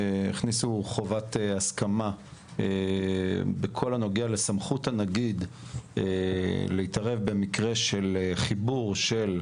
הכניסו חובת הסכמה בכל הנוגע לסמכות הנגיד להתערב במקרה של חיבור של,